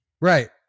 Right